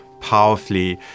powerfully